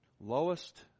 lowest